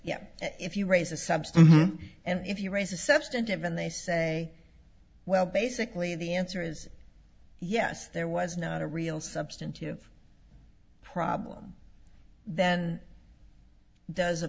yet if you raise a substance and if you raise a substantive and they say well basically the answer is yes there was not a real substantive problem then does a